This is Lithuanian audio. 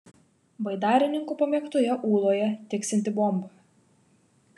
baidarininkų pamėgtoje ūloje tiksinti bomba